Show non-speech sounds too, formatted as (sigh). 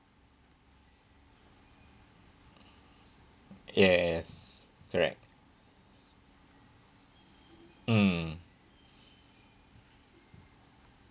(breath) yes correct mm